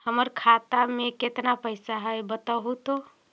हमर खाता में केतना पैसा है बतहू तो?